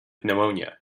pneumonia